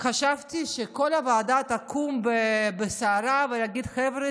חשבתי שכל הוועדה תקום בסערה ויגידו: חבר'ה,